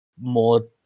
more